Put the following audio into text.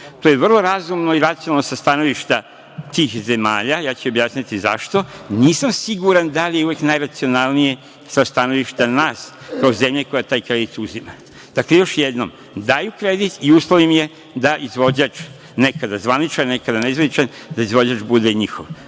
To je vrlo razumno i racionalno sa stanovišta tih zemalja, a ja ću objasniti i zašto. Nisam siguran da li je uvek najracionalnije sa stanovišta nas kao zemlja koja taj kredit uzima. Dakle, još jednom, daju kredit i uslov im je da izvođač nekada zvaničan, a nekada nezvaničan, bude njihov.